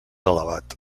elevat